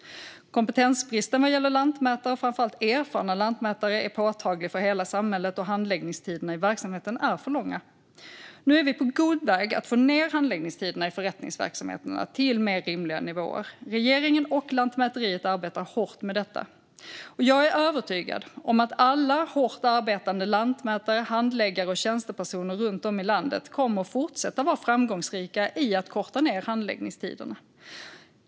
Kompetensbristen vad gäller lantmätare, framför allt erfarna lantmätare, är påtaglig för hela samhället, och handläggningstiderna i verksamheten är för långa. Nu är vi på god väg att få ned handläggningstiderna i förrättningsverksamheterna till mer rimliga nivåer. Regeringen och Lantmäteriet arbetar hårt med detta. Jag är övertygad om att alla hårt arbetande lantmätare, handläggare och tjänstepersoner runt om i landet kommer att fortsätta att vara framgångsrika i att korta ned handläggningstiderna.